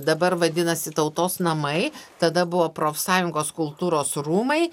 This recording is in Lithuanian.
dabar vadinasi tautos namai tada buvo profsąjungos kultūros rūmai